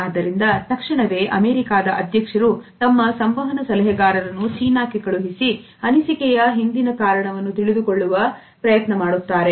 ಆದ್ದರಿಂದ ತಕ್ಷಣವೇ ಅಮೆರಿಕಾದ ಅಧ್ಯಕ್ಷರು ತಮ್ಮ ಸಂವಹನ ಸಲಹೆಗಾರರನ್ನು ಚೀನಾಕ್ಕೆ ಕಳುಹಿಸಿ ಅನಿಸಿಕೆಯ ಹಿಂದಿನ ಕಾರಣವನ್ನು ತಿಳಿದುಕೊಳ್ಳುವ ಪ್ರಯತ್ನ ಮಾಡುತ್ತಾರೆ